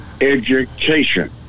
education